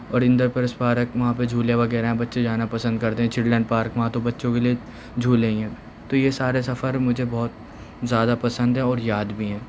اور Indraprastha park وہاں پہ جھولے وغیرہ ہیں بچے جانا پسند کرتے ہیں چلڈرین پارک وہاں تو بچوں کے لئے جھولے ہی ہیں تو یہ سارے سفر مجھے بہت زیادہ پسند ہیں اور یاد بھی ہیں